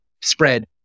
spread